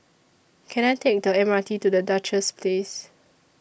Can I Take The M R T to The Duchess Place